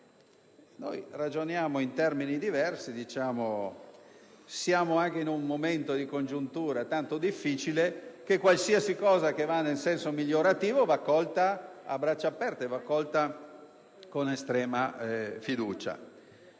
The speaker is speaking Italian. Noi ragioniamo in termini diversi e, poiché siamo anche in un momento di congiuntura tanto difficile, riteniamo che qualsiasi cosa che va in senso migliorativo vada accolta a braccia aperte e con estrema fiducia.